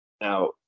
now